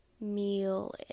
meal